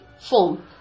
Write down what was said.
form